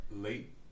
late